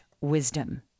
wisdom